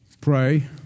pray